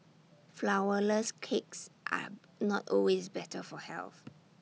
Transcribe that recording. Flourless Cakes are not always better for health